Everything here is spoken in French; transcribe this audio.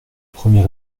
premier